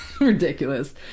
ridiculous